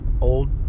old